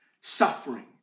suffering